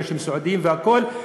אנשים סיעודיים והכול,